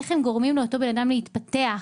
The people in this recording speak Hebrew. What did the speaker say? איך הם גורמים לאותו אדם להתפתח,